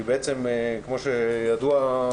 כפי שידוע,